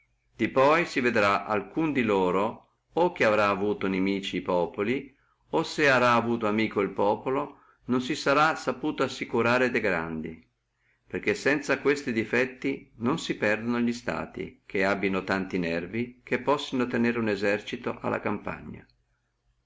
di poi si vedrà alcuno di loro o che arà avuto inimici e populi o se arà avuto el popolo amico non si sarà saputo assicurare de grandi perché sanza questi difetti non si perdono li stati che abbino tanto nervo che possino tenere uno esercito alla campagna